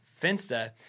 Finsta